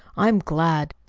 i'm glad.